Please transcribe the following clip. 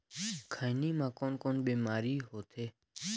खैनी म कौन कौन बीमारी होथे?